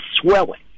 swelling